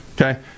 Okay